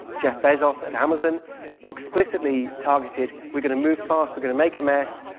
jeff bezos at amazon explicitly targeted we're going to move fast, we're going to make a mess.